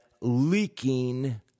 leaking